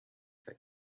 that